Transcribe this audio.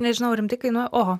nežinau rimtai kainuoja oho